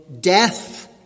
death